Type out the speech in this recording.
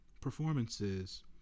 performances